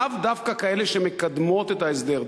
לאו דווקא כאלה שמקדמות את ההסדר,